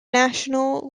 national